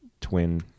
twin